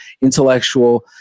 intellectual